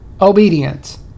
obedience